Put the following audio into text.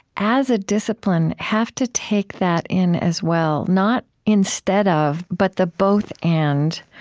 as a discipline, have to take that in, as well not instead of, but the both and